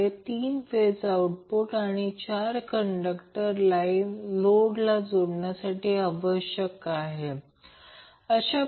C शोधावे लागेल ज्यामुळे रेझोनन्स ω0 5000 रेडियन पर सेकंड असेल